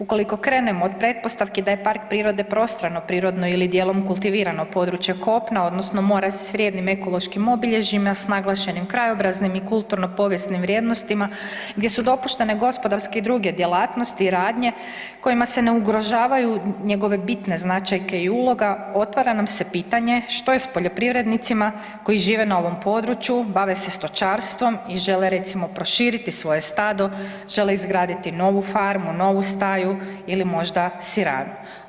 Ukoliko krenemo od pretpostavke da je park prirode prostrane prirodno ili dijelom kultivirano područje kopna odnosno mora s vrijednim ekološkim obilježjima s naglašenim krajobraznim i kulturno-povijesnim vrijednostima gdje su dopuštene gospodarske i druge djelatnosti i radnje kojima se ne ugrožavaju njegove bitne značajke i uloga, otvara nam se pitanje što je s poljoprivrednicima koji žive na ovom području, bave se stočarstvom i žele, recimo, proširiti svoje stado, žele izgraditi novu farmu, novu staju ili možda siranu.